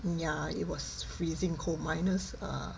ya it was freezing cold minus err